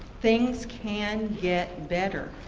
things can get better,